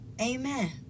Amen